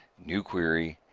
new query,